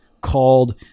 called